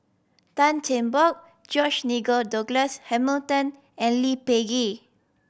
Tan Cheng Bock George Nigel Douglas Hamilton and Lee Peh Gee